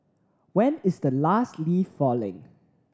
when is the last leaf falling